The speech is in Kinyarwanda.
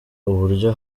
uburyo